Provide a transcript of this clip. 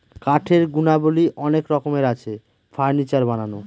কাঠের গুণাবলী অনেক রকমের আছে, ফার্নিচার বানানো